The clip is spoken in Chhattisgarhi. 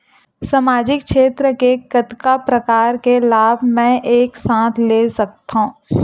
सामाजिक क्षेत्र के कतका प्रकार के लाभ मै एक साथ ले सकथव?